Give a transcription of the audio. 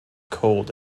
cold